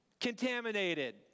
contaminated